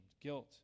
guilt